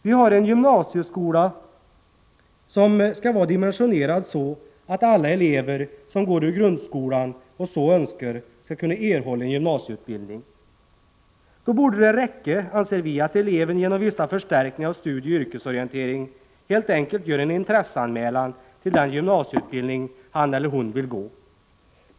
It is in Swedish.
Vi har en gymnasieskola som skall vara dimensionerad så att alla elever som går ut grundskolan och så önskar skall kunna erhålla en gymnasieutbildning. Då borde det räcka, anser vi, att eleven genom vissa förstärkningar av studieoch yrkesorientering helt enkelt gör en intresseanmälan till den gymnasieutbildning han eller hon vill gå.